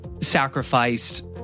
sacrificed